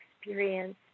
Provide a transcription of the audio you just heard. experience